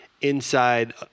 inside